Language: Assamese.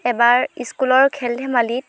এবাৰ ইস্কুলৰ খেল ধেমালিত